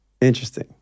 Interesting